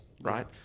right